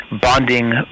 bonding